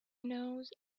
knows